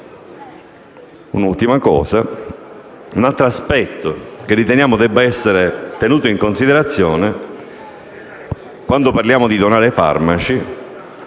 Un'ultima cosa. Un altro aspetto che riteniamo debba essere tenuto in considerazione quando parliamo di donare farmaci